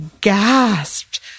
gasped